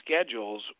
schedules